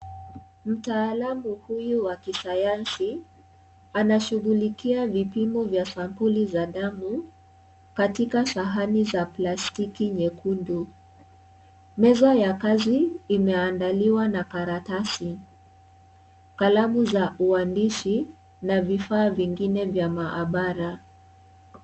Mtaalamu huyu wa kisayansi anashughulikia vipimo vya sampuli za damu katika Sahni za plastiki nyekundu. Meza ya kazi imeandaliwa na karatasi. Kalamu ya uandishi na vifaa vingine vya mahabara.